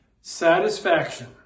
satisfaction